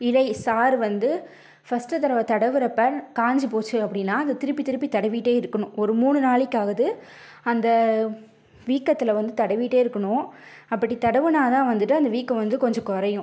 இலை சாறு வந்து ஃபஸ்ட்டு தடவை தடவுகிறப்ப காய்ஞ்சி போச்சு அப்படின்னா அது திருப்பி திருப்பி தடவிட்டே இருக்கணும் ஒரு மூணு நாளைக்காவது அந்த வீக்கத்தில் வந்து தடவிகிட்டே இருக்கணும் அப்படி தடவினா தான் வந்துட்டு அந்த வீக்கம் வந்து கொஞ்சம் குறையும்